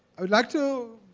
i would like to